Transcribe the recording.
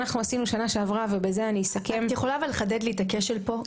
שנה שעברה עשינו --- את יכולה לחדד לי את הכשל פה?